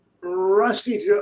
Rusty